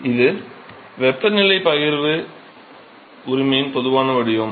இது வெப்பநிலை பகிர்வு உரிமையின் பொதுவான வடிவம்